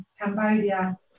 Cambodia